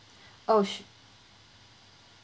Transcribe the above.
oh su~